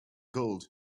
gold